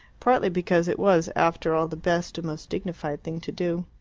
partly because it was, after all, the best and most dignified thing to do.